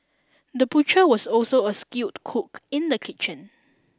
the butcher was also a skilled cook in the kitchen